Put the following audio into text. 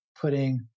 putting